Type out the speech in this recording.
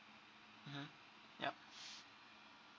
mmhmm yup